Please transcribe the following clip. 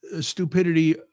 stupidity